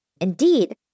Indeed